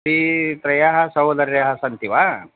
तिस्रः त्रयः सोदर्यः सन्ति वा